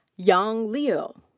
yang lyu.